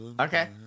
Okay